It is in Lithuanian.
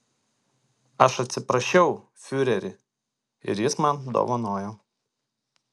aš atsiprašiau fiurerį ir jis man dovanojo